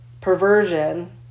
perversion